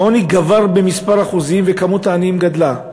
העוני גבר במספר אחוזים וכמות העניים גדלה.